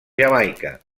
jamaica